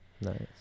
Nice